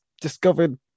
discovered